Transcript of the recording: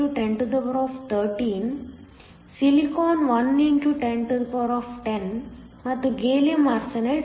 4 x 1013 ಸಿಲಿಕಾನ್1 x 1010 ಮತ್ತು gallium arsenide 2